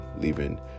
leaving